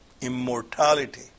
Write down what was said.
immortality